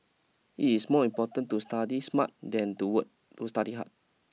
it is more important to study smart than to work to study hard